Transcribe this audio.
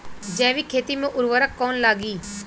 जैविक खेती मे उर्वरक कौन लागी?